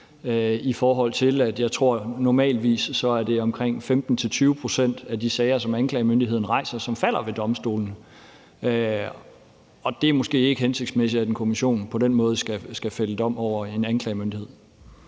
i forhold til at jeg tror, at det normalvis er omkring 15-20 pct. af de sager, som anklagemyndigheden rejser, som falder ved domstolene. Og det er måske ikke hensigtsmæssigt, at en kommission på den måde skal fælde dom over en anklagemyndighed.